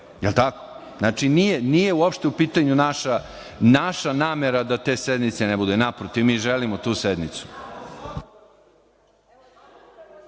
je tako? Nije uopšte u pitanju naša namera da te sednice ne bude. Naprotiv, mi želimo tu sednicu.